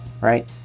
right